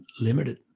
limited